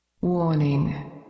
Warning